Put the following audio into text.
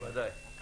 כן, בוודאי.